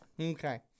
Okay